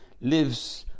lives